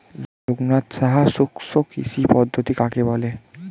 লোকনাথ সাহা শুষ্ককৃষি পদ্ধতি কাকে বলে?